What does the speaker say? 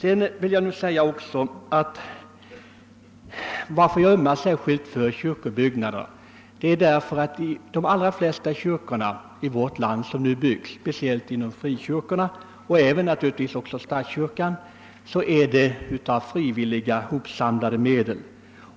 En annan anledning till att jag särskilt ömmar för kyrkobyggnader är att de allra flesta kyrkor som nu byggs i vårt land — det gäller speciellt frikyrkor men naturligtvis även statskyrkobyggnader — uppförs av frivilligt hopsamlade medel.